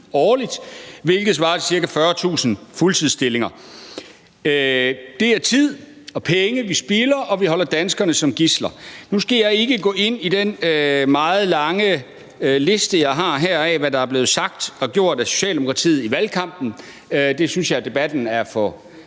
årligt, hvilket svarer til ca. 40.000 fuldtidsstillinger. Det er tid og penge, vi spilder, og vi holder danskerne som gidsler. Nu skal jeg ikke gå ind i den meget lange liste, jeg har her med, over, hvad der er blevet sagt og gjort af Socialdemokratiet i valgkampen – det synes jeg at debatten er for